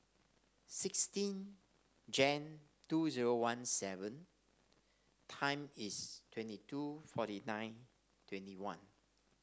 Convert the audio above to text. sixteen Jan two zero one seven time is twenty two forty nine twenty one